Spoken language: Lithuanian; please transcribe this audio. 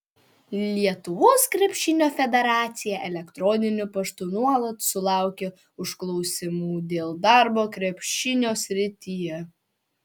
lietuvos krepšinio federacija elektroniniu paštu nuolat sulaukia užklausimų dėl darbo krepšinio srityje